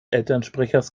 elternsprechers